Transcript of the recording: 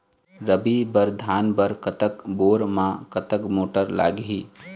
रबी बर धान बर कतक बोर म कतक मोटर लागिही?